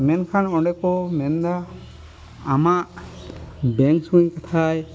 ᱢᱮᱱᱠᱷᱟᱱ ᱚᱸᱰᱮ ᱠᱚ ᱢᱮᱱᱫᱟ ᱟᱢᱟᱜ ᱵᱮᱝᱠ ᱥᱚᱸᱜᱮ ᱠᱟᱛᱷᱟᱡ